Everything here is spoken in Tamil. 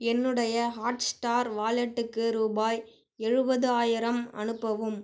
என்னுடைய ஹாட்ஸ்டார் வாலெட்டுக்கு ரூபாய் எழுபதாயரம் அனுப்பவும்